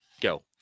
go